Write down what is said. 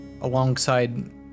alongside